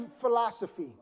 philosophy